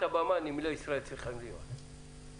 נמלי ישראל צריכים לקבל את קדמת הבמה.